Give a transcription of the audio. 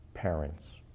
Parents